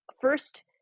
first